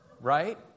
right